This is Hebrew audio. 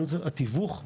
עלות התיווך,